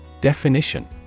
Definition